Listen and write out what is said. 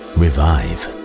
revive